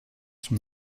son